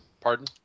Pardon